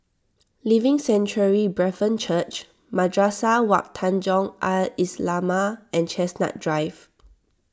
Living Sanctuary Brethren Church Madrasah Wak Tanjong Al Islamiah and Chestnut Drive